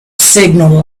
signal